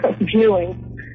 viewing